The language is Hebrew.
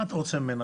מה אתה רוצה ממנה?